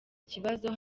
kibazo